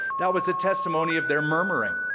that was a testimony of their murmuring.